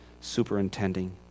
superintending